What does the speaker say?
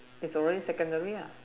is already secondary ah